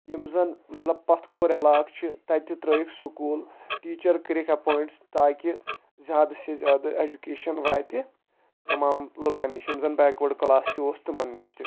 یِم زن مطلب پتھ کھورِ علاقعہٕ چھِ تتہِ تہِ ترٛٲیِکھ سکوٗل ٹیٖچر کٔرِکھ اٮ۪پوینٛٹس تاکہِ زیادٕ سے زیادٕ اٮ۪جوکیشن واتہِ تمام لُکن نِش یِم زن بیکوٲڈ کلاس تہِ اوس تِمن نِش تہِ